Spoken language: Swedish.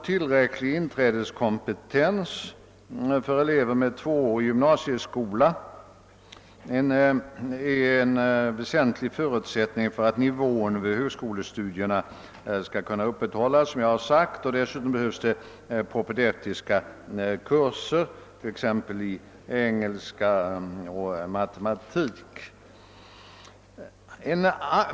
Tillräcklig inträdeskompetens för elever från gymnasieskolan är en väsentlig förutsättning för att nivån vid högskolestudierna skall kunna upprätthållas, som jag har sagt, och dessutom behövs det propedeutiska kurser, t.ex. i engelska och matematik.